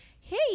hey